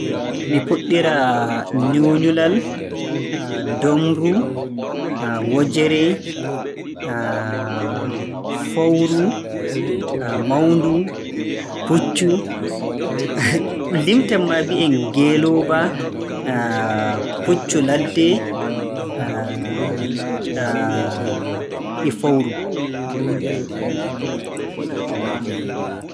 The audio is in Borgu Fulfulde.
Leydi Peeru kam mi anndaa fiiji ɗuuɗɗi dow leydi ndin, ammaa no mi yi'iri leydi ndin, to filmuuji ɗi ndaaru-mi, walaa ko waawnii yam to maɓɓe ba nonno ɓe ngaawirta. Nyaamndu maɓɓe, nyaamndu ndun maa, liƴƴi maɓɓe, ngam liƴƴo kon a yi'ay-ko mawko ɓaawo ko mawko nden a taway ko woodi teewu keewngu ndanewu taar, laaɓngu